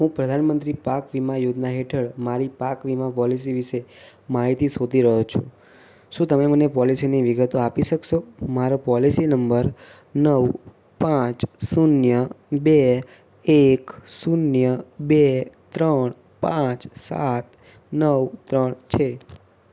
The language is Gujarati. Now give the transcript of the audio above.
હું પ્રધાનમંત્રી પાક વીમા યોજના હેઠળ મારી પાક વીમા પૉલિસી વિશે માહિતી શોધી રહ્યો છું શું તમે મને પૉલિસીની વિગતો આપી શકશો મારો પૉલિસી નંબર નવ પાંચ શૂન્ય બે એક શૂન્ય બે ત્રણ પાંચ સાત નવ ત્રણ છે